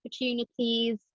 opportunities